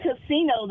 casino